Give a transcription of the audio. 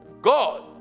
God